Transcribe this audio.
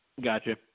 Gotcha